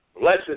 Blessed